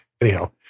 Anyhow